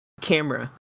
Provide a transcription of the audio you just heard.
camera